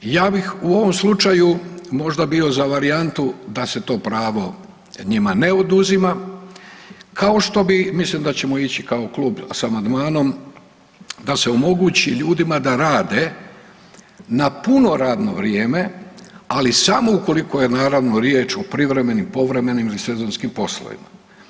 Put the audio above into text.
Ja bih u ovom slučaju možda bio za varijantu da se to pravo njima ne oduzima, kao što bi, mislim da ćemo ići kao klub s amandmanom da se omogući ljudima da rade na puno radno vrijeme, ali samo ukoliko je naravno riječ o privremenim, povremenim ili sezonskim poslovima.